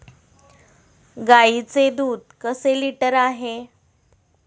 गाईचे दूध कसे लिटर आहे?